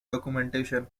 documentation